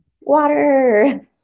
Water